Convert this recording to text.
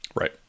Right